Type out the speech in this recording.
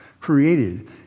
created